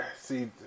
See